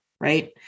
right